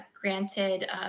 granted